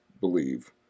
believe